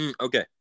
Okay